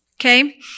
Okay